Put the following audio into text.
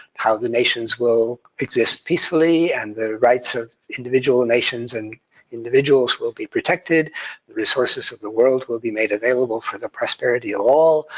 how the nations will exist peacefully and the rights of nations and individuals will be protected, the resources of the world will be made available for the prosperity of all,